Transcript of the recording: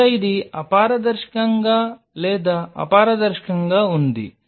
ఇక్కడ ఇది అపారదర్శకంగా లేదా అపారదర్శకంగా ఉంది